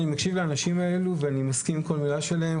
אני מקשיב לאנשים האלו ואני מסכים עם כל מילה שלהם.